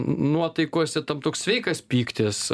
nuotaikose tam toks sveikas pyktis